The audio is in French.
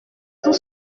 tout